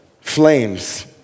flames